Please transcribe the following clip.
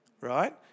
right